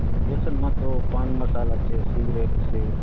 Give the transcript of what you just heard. વ્યસનમાં તો પાન મસાલા છે સિગરેટ છે